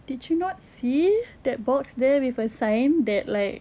did you not see that box there with a sign that like